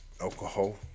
alcohol